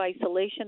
isolation